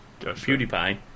PewDiePie